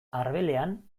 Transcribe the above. arbelean